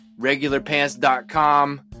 Regularpants.com